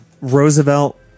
Roosevelt